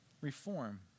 reform